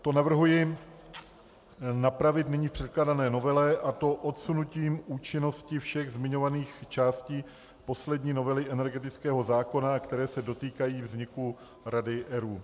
To navrhuji napravit v nyní předkládané novele, a to odsunutím účinnosti všech zmiňovaných částí poslední novely energetického zákona, které se dotýkají vzniku rady ERÚ.